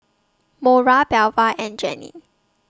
Mora Belva and Jeane